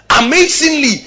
Amazingly